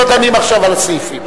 לא דנים עכשיו על הסעיפים.